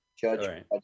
Judge